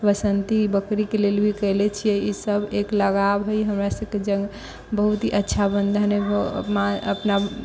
बसंती बकरीके लेल भी कैले छियै ईसभ एक लगाव है हमरा सभके जान बहुत ही अच्छा बंधन है अपना